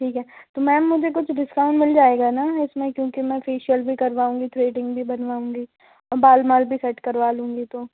ठीक है तो मैम मुझे कुछ डिस्काउंट मिल जाएगा न इसमें क्योंकि मैं फेशियल भी करवाऊंगी थ्रेडिंग भी बनवाऊंगी बाल वाल भी कट करवा लूंगी तो